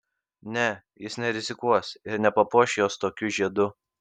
ne jis nerizikuos ir nepapuoš jos tokiu žiedu